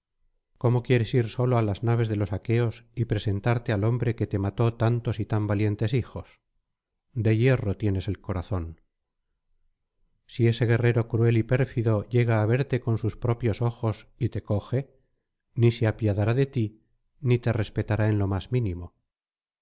cómo quieres ir solo á las naves de los aqueos y presentarte al hombre que te mató tantos y tan valientes hijos de hierro tienes el corazón si ese guerrero cruel y pérfido llega á verte con sus propios ojos y te coge ni se apiadará de ti ni te respetará en lo más mínimo